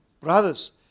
brothers